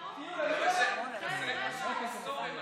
לא, אני לא יכול כשמפריעים.